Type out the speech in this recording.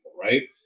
right